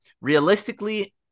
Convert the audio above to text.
realistically